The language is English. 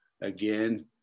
again